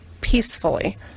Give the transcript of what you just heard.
peacefully